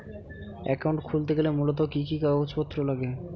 Account খুলতে গেলে মূলত কি কি কাগজপত্র লাগে?